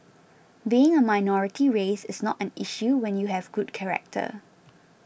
being a minority race is not an issue when you have good character